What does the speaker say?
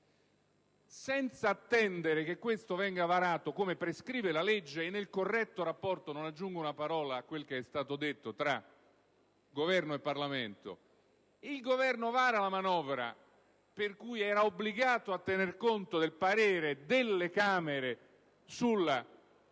Senza attendere che esso venga varato come prescrive la legge e nel corretto rapporto - non aggiungo una parola a quanto è già stato ricordato - tra Governo e Parlamento, il Governo ha varato la manovra per cui era obbligato a tener conto del parere delle Camere sull'ex